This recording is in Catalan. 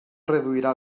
reduirà